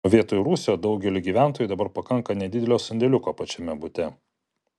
o vietoj rūsio daugeliui gyventojų dabar pakanka nedidelio sandėliuko pačiame bute